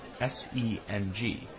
S-E-N-G